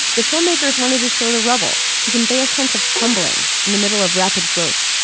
the filmmakers wanted to show the rubble to convey a sense of crumbling in the middle of rapid growth.